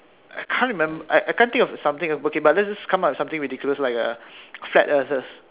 I can't remember I can't think of something okay but let's just come with something ridiculous like a flat Earther